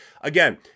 again